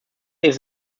ist